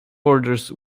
orders